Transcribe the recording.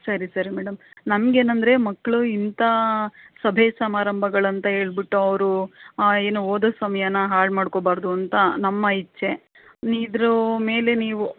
ಸರಿ ಸರಿ ಮೇಡಮ್ ನಮಗೆ ಏನಂದರೆ ಮಕ್ಕಳು ಇಂತಾ ಸಭೆ ಸಮಾರಂಭಗಳಂತ ಹೇಳ್ಬಿಟ್ಟು ಅವರೂ ಏನು ಓದೊ ಸಮಯನ ಹಾಳುಮಾಡ್ಕೋಬಾರ್ದು ಅಂತ ನಮ್ಮ ಇಚ್ಛೆ ಇದ್ರ ಮೇಲೆ ನೀವು